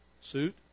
suit